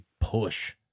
push